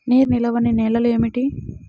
నీరు నిలువని నేలలు ఏమిటి?